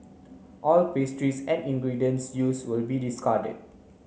all pastries and ingredients use will be discarded